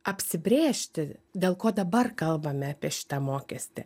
apsibrėžti dėl ko dabar kalbame apie šitą mokestį